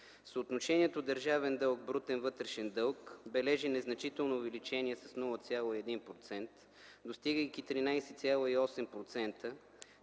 Съотношението държавен дълг – брутен вътрешен дълг бележи незначително увеличение с 0,1%, достигайки 13,8%